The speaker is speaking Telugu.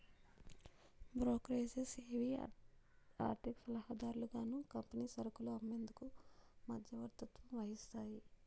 బ్రోకరేజెస్ ఏవి ఆర్థిక సలహాదారులుగాను కంపెనీ సరుకులు అమ్మేందుకు మధ్యవర్తత్వం వహిస్తాయి